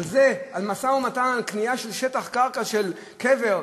על זה, על משא-ומתן לקנייה של שטח קרקע של קבר,